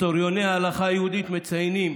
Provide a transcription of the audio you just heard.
היסטוריוני ההלכה היהודית מציינים